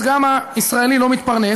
אז גם הישראלי לא מתפרנס.